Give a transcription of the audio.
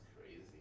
crazy